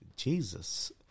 Jesus